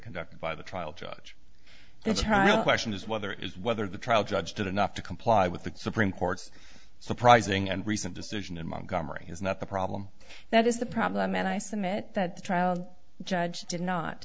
conducted by the trial judge the trial question is whether is whether the trial judge did enough to comply with the supreme court's surprising and recent decision in montgomery is not the problem that is the problem and i submit that the trial judge did not